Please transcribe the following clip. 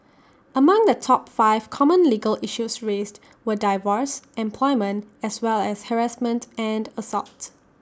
among the top five common legal issues raised were divorce employment as well as harassment and assault